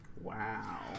Wow